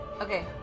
Okay